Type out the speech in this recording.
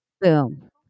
Boom